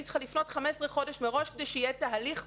צריכה לפנות 15 חודשים מראש כדי שיהיה תהליך מוכן.